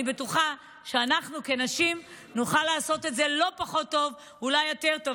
אני בטוחה שאנחנו כנשים נוכל לעשות את זה לא פחות טוב ואולי יותר טוב.